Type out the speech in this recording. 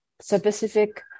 specific